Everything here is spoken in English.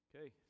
Okay